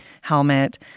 helmet